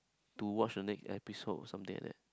to watch on next episode something like that